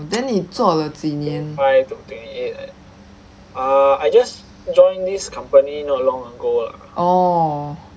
then 你做了几年 oh